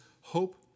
hope